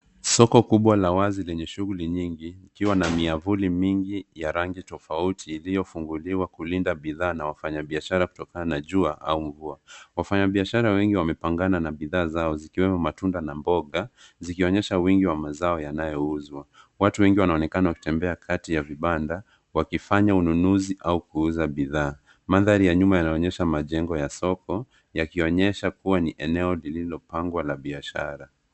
Soko kubwa la wazi lenye shughuli nyingi likiwa na miavuli mingi ya rangi tofauti iliyofunguliwa kulinda bidhaa na wafanyabiashara kutokana na jua au mvua. Wafanyabiashara wengi wamepangana na bidhaa zao zikiwemo matunda na mboga zikionyesha wingi wa mazao yanayouzwa. Watu wengi wanaonekana wakitembea kati ya vibanda wakifanya ununuzi au kuuza bidhaa. Mandhari ya nyuma yanaonyesha majengo ya soko yakionyesha kuwa ni eneo lililopangwa la biashara.